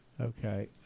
Okay